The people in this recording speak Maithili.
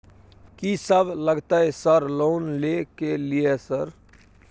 कि सब लगतै सर लोन ले के लिए सर?